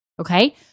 Okay